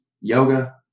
yoga